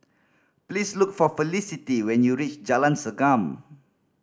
please look for Felicity when you reach Jalan Segam